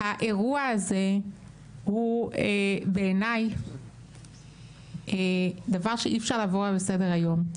האירוע הזה הוא בעיני דבר שאי אפשר לעבור עליו לסדר היום,